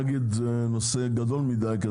זה נושא גדול מדיי.